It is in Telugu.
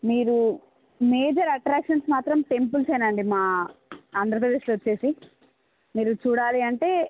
మీరు మేజర్ అట్రాక్షన్స్ మాత్రం టెంపుల్స్ అండి మా ఆంధ్రప్రదేశ్లో వచ్చి మీరు చూడాలి అంటే